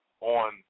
on